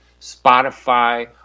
Spotify